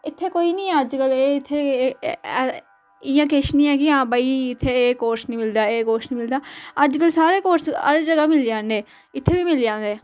इत्थै कोई नेईं ऐ अज्जकल एह् इत्थै इयां किश नि ऐ कि हां भई इत्थै एह् कोर्स नि मिलदा एह् कोर्स नि मिलदा अज्जकल सारे कोर्स हर जगह् मिल जांदे इत्थै बी मिली जांदे